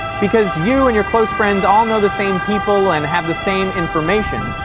because you and your close friends all know the same people and have the same information.